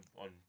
on